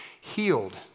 healed